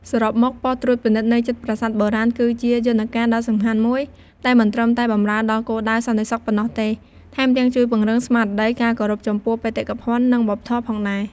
សរុបមក បុស្តិ៍ត្រួតពិនិត្យនៅជិតប្រាសាទបុរាណ គឺជាយន្តការដ៏សំខាន់មួយដែលមិនត្រឹមតែបម្រើដល់គោលដៅសន្តិសុខប៉ុណ្ណោះទេ ថែមទាំងជួយពង្រឹងស្មារតី ការគោរពចំពោះបេតិកភណ្ឌ និងវប្បធម៌ ផងដែរ។